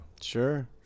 Sure